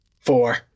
four